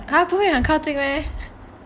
!huh! 不会很靠近 meh